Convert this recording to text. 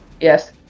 Yes